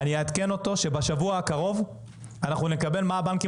ואני אעדכן אותו שבשבוע הקרוב נדע מה הבנקים